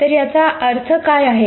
तर याचा अर्थ काय आहे